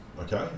okay